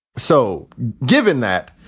so given that,